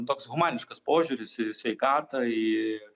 toks humaniškas požiūris į sveikatą į